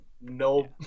no